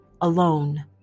alone